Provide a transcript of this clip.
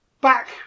back